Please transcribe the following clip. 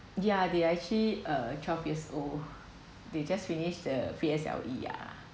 ya they actually uh twelve years old they just finished the P_S_L_E ya